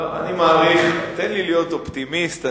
להיות אופטימיסט.